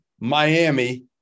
Miami